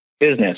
business